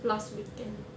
last weekend